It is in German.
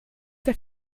der